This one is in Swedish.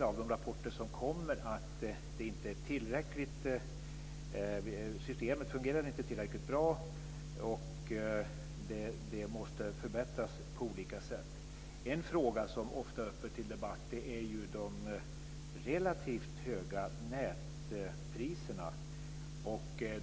Av de rapporter som kommer har vi kunnat konstatera att systemet inte fungerar tillräckligt bra. Det måste förbättras på olika sätt. En fråga som ofta är uppe till debatt är de relativt höga nätpriserna.